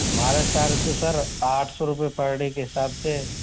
हमारा चार्ज तो सर आठ सौ रुपय पर डे के हिसाब से है